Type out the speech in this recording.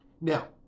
Now